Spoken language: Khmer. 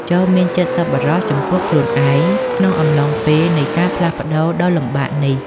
ចូរមានចិត្តសប្បុរសចំពោះខ្លួនឯងក្នុងអំឡុងពេលនៃការផ្លាស់ប្តូរដ៏លំបាកនេះ។